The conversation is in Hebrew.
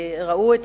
חשוב לי לומר